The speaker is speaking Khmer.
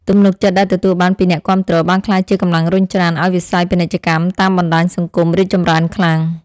ទំនុកចិត្តដែលទទួលបានពីអ្នកគាំទ្របានក្លាយជាកម្លាំងរុញច្រានឱ្យវិស័យពាណិជ្ជកម្មតាមបណ្តាញសង្គមរីកចម្រើនខ្លាំង។